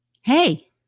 hey